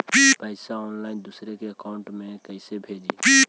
पैसा ऑनलाइन दूसरा के अकाउंट में कैसे भेजी?